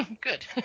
good